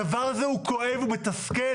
הדבר הזה הוא כואב, הוא מתסכל.